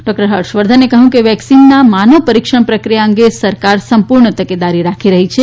doctor Harsh વર્ધને કહયું કે વેકસીનના માનવ પરીક્ષણ પ્રક્રિયા અંગે સરકાર પુર્ણ સાવધાની બની રહી છે